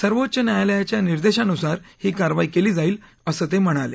सर्वोच्च न्यायालयाच्या निर्देशानुसार ही कारवाई केली जाईल असं ते म्हणाले